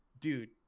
Dude